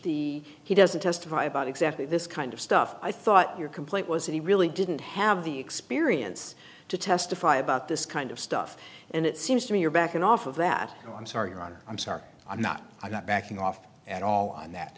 the he doesn't testify about exactly this kind of stuff i thought your complaint was that he really didn't have the experience to testify about this kind of stuff and it seems to me you're backing off of that no i'm sorry your honor i'm sorry i'm not i'm not backing off at all on that